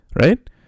right